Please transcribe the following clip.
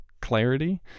clarity